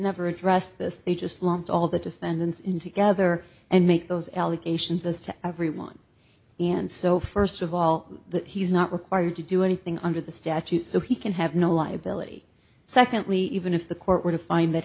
never addressed this they just lumped all the defendants in together and make those allegations as to everyone and so first of all that he's not required to do anything under the statute so he can have no liability secondly even if the court were to find that